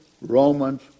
Romans